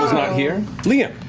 not here, liam.